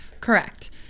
Correct